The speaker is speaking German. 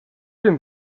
den